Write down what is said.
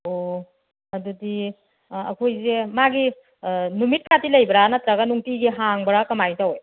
ꯑꯣ ꯑꯗꯨꯗꯤ ꯑꯩꯈꯣꯏꯁꯦ ꯃꯥꯒꯤ ꯅꯨꯃꯤꯠꯀꯗꯤ ꯂꯩꯕ꯭ꯔ ꯅꯠꯇ꯭ꯔꯒ ꯅꯨꯡꯇꯤꯒꯤ ꯍꯥꯡꯕ꯭ꯔ ꯀꯃꯥꯏ ꯇꯧꯏ